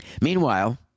Meanwhile